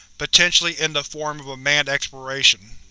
potentially in the form of a manned exploration.